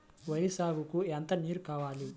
వరి సాగుకు ఎంత నీరు కావాలి?